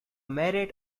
merit